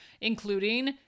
including